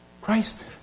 Christ